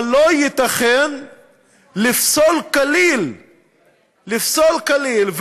אבל לא ייתכן לפסול כליל ולתקוף